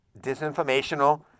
disinformational